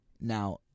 Now